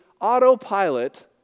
autopilot